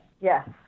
Yes